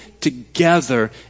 together